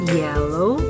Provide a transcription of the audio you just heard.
yellow